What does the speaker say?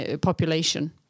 population